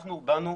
אנחנו באנו